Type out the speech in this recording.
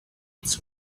its